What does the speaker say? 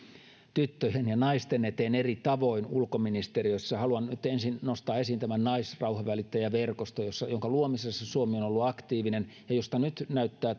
tyttöjen ja naisten eteen eri tavoin ulkoministeriössä haluan nyt ensin nostaa esiin tämän naisrauhanvälittäjäverkoston jonka luomisessa suomi on ollut aktiivinen ja josta nyt näyttää